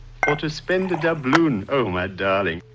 for to spend a doubloon. oh my darling,